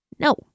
No